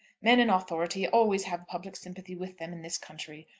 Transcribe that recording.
men in authority always have public sympathy with them in this country.